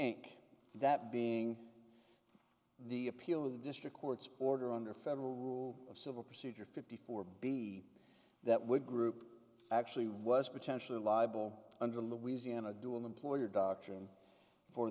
think that being the appeal of the district court's order under federal rule of civil procedure fifty four b that would group actually was potentially liable under louisiana do an employer doctrine for